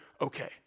okay